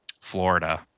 florida